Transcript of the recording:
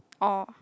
or